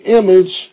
image